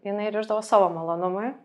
jinai rišdavo savo malonumui